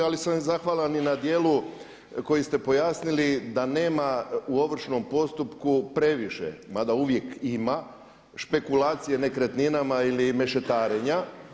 Ali sam i zahvalan i na dijelu koji ste pojasnili da nema u ovršnom postupku previše, mada uvijek ima špekulacije nekretninama ili mešetarenja.